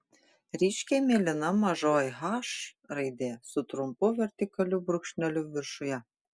ryškiai mėlyna mažoji h raidė su trumpu vertikaliu brūkšneliu viršuje